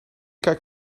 kijk